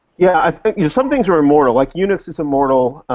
yeah, some things are immortal. like unix is immortal.